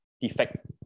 defect